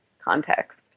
context